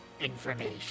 information